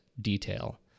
detail